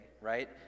Right